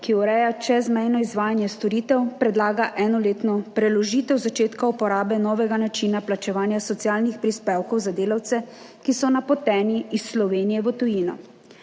ki ureja čezmejno izvajanje storitev, predlaga enoletno preložitev začetka uporabe novega načina plačevanja socialnih prispevkov za delavce, ki so napoteni iz Slovenije v tujino.